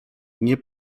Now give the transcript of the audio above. nie